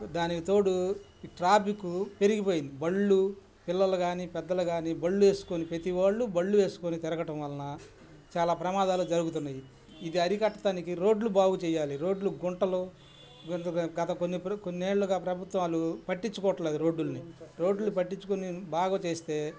దానికి తోడు ఈ ట్రాఫిక్కు పెరిగిపోయింది బళ్ళు పిల్లలు గానీ పెద్దలు గానీ బళ్ళు వేసుకొని ప్రతి వాళ్ళు బళ్ళు వేసుకుని తిరగటం వలన చాలా ప్రమాదాలు జరుగుతున్నయి ఇది అరికట్టటానికి రోడ్లు బాగుచేయాలి రోడ్లు గుంటలు గత కొన్ని కొన్ని ఏళ్ళుగా ప్రభుత్వాలు పట్టించుకోవట్లేదు రోడుల్ని రోడ్లుని పట్టించుకుని బాగు చేస్తే